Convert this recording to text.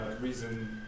reason